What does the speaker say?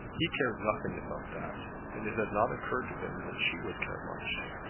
he cared nothing about that, and it had not occurred to him that she would care much.